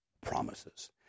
promises